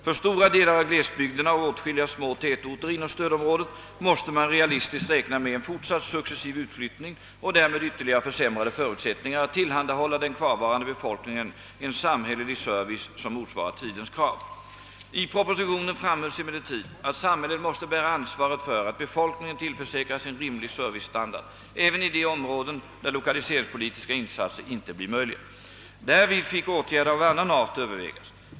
För stora delar av glesbygderna och åtskilliga små tätorter inom stödområdet måste man realistiskt räkna med en fortsatt successiv utflyttning och därmed ytterligare försämrade förutsättningar att tillhandahålla den kvarvarande befolkningen en samhällelig service som motsvarar tidens krav. I propositionen framhölls emellertid att samhället måste bära ansvaret för att befolkningen tillförsäkras en rimlig servicestandard även i de områden, där lokaliseringspolitiska insatser inte blir möjliga. Därvid fick åtgärder av annan art övervägas.